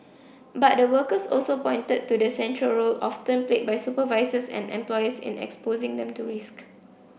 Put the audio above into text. but the workers also pointed to the central role often played by supervisors and employers in exposing them to risk